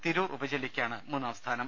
തിരൂർ ഉപജില്ലക്കാണ് മൂന്നാം സ്ഥാനം